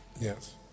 Yes